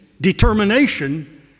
determination